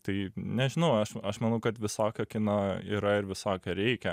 tai nežinau aš aš manau kad visokio kino yra ir visokio reikia